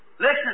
Listen